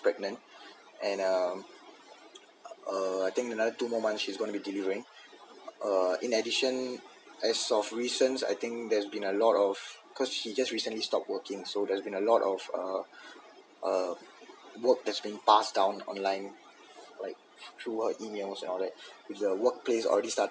pregnant and uh I think another two more months she's gonna be delivering uh in addition as of recent I think there's been a lot of cause she just recently stopped working so there's been a lot of uh uh work that's been passed down online like through her emails and all that with the work place already start~